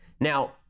Now